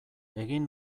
egin